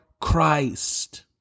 Christ